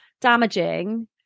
damaging